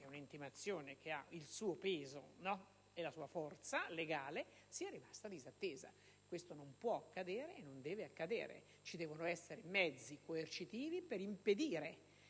questa intimazione, che ha il suo peso e la sua forza legale, sia rimasta disattesa. Questo non può e non deve accadere. Devono esserci i mezzi coercitivi per impedire